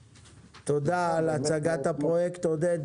תודה על הצגת הפרויקט, עודד.